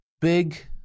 big